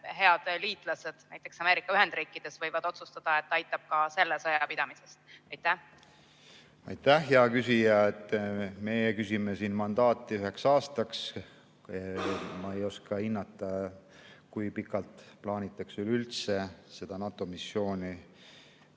head liitlased, näiteks Ameerika Ühendriikides, võivad otsustada, et aitab ka selle sõja pidamisest? Aitäh, hea küsija! Meie küsime siin mandaati üheks aastaks. Ma ei oska hinnata, kui pikalt üleüldse plaanitakse seda NATO missiooni